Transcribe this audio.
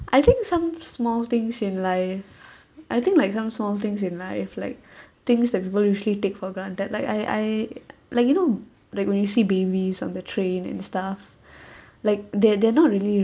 I think some small things in life I think like some small things in life like things that people usually take for granted like I I like you know like when you see babies on the train and stuff like they they're not really